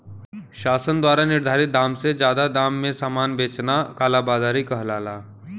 शासन द्वारा निर्धारित दाम से जादा में सामान बेचना कालाबाज़ारी कहलाला